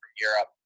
Europe